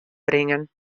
bringen